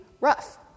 rough